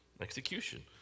Execution